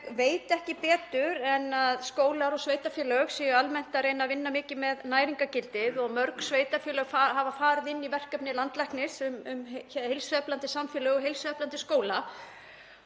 veit ekki betur en að skólar og sveitarfélög séu almennt að reyna að vinna mikið með næringargildið og mörg sveitarfélög hafa farið inn í verkefni landlæknis um heilsueflandi samfélög og heilsueflandi skóla.